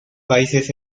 países